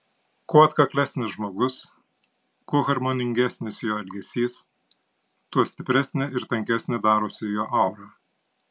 kuo atkaklesnis žmogus kuo harmoningesnis jo elgesys tuo stipresnė ir tankesnė darosi jo aura